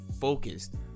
focused